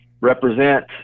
represent